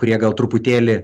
kurie gal truputėlį